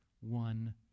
one